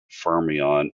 fermion